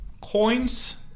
coins